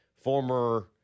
former